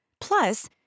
Plus